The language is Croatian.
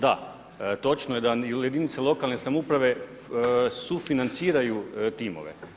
Da, točno je da jedinice lokalne samouprave sufinanciraju timove.